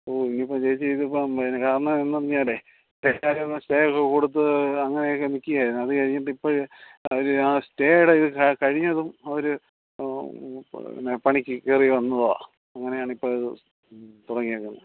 ഓ ഇനിയിപ്പം ചേച്ചി ഇതിപ്പം പിന്നെ കാരണമെന്ന് പറഞ്ഞാലേ തൽക്കാലം സ്റ്റേ ഒക്കെ കൊടുത്ത് അങ്ങനെയൊക്കെ നിൽക്കുകയായിരുന്നു അത് കഴിഞ്ഞിട്ട് ഇപ്പോൾ അവർ ആ സ്റ്റേയുടെ ഇത് കഴിഞ്ഞതും അവർ പിന്നെ പണിക്ക് കയറി വന്നതാണ് അങ്ങനെയാണ് ഇപ്പോൾ ഇത് തുടങ്ങിയേക്കുന്നത്